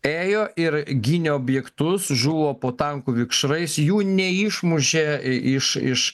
ėjo ir gynė objektus žuvo po tankų vikšrais jų neišmušė iš iš